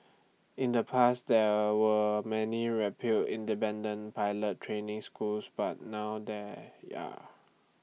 in the past there were many repute independent pilot training schools but now there yah